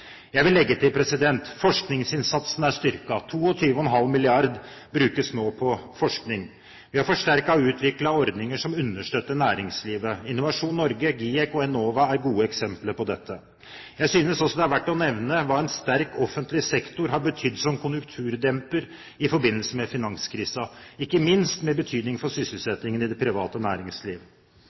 Jeg vil legge til: Forskningsinnsatsen er styrket; 22,5 mrd. kr brukes nå på forskning. Vi har forsterket og utviklet ordninger som understøtter næringslivet. Innovasjon Norge, GIEK og Enova er gode eksempler på dette. Jeg synes også det er verdt å nevne hva en sterk offentlig sektor har betydd som konjunkturdemper i forbindelse med finanskrisen, ikke minst med betydning for sysselsettingen i det private næringsliv.